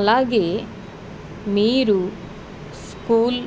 అలాగే మీరు స్కూల్